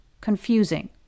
confusing